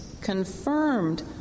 confirmed